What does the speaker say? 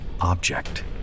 object